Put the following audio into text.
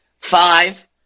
five